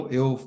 eu